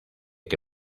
que